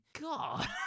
God